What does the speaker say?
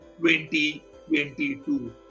2022